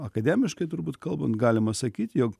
akademiškai turbūt kalbant galima sakyti jog